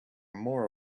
more